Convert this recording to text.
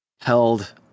held